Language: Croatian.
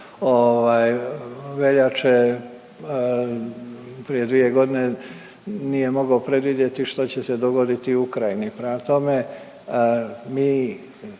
veljače prije dvije godine nije mogao predvidjeti što će se dogoditi u Ukrajini. Prema tome, mi